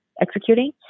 executing